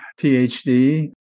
PhD